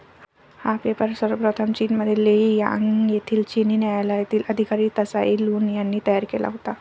हा पेपर सर्वप्रथम चीनमधील लेई यांग येथील चिनी न्यायालयातील अधिकारी त्साई लुन यांनी तयार केला होता